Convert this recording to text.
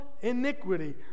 iniquity